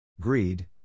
Greed